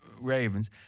Ravens